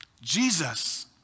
Jesus